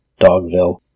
Dogville